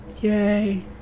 Yay